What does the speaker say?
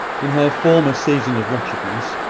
in her former season of wretchedness,